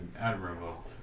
admirable